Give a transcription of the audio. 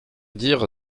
dire